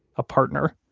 a partner.